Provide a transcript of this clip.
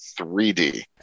3D